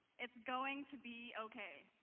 it's going to be okay.